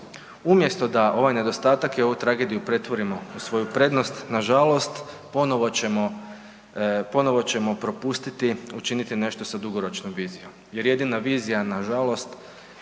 Umjesto da ovaj nedostatak i ovu tragediju pretvorimo u svoju prednost, nažalost ponovo ćemo, ponovo ćemo propustiti učiniti nešto sa dugoročnom vizijom jer jedina vizija nažalost